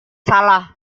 salah